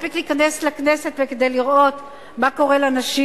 מספיק להיכנס לכנסת כדי לראות מה קורה לנשים.